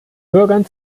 bürgern